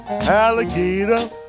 alligator